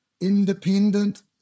independent